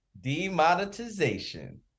Demonetization